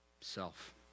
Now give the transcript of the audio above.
self